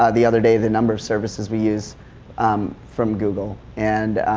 ah the other day, the number of services we use um from google and,